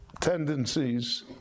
tendencies